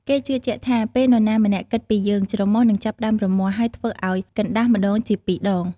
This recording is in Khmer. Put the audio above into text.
គេជឿជាក់ថា ពេលនរណាម្នាក់គិតពីយើង ច្រមុះនឹងចាប់ផ្ដើមរមាស់ ហើយធ្វើឱ្យកណ្តាស់ម្តងជាពីរដង។